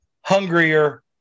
hungrier